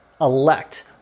elect